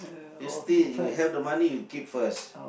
yesterday you held the money you keep first